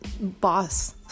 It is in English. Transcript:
boss